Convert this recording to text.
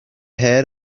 head